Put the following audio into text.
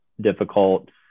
difficult